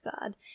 God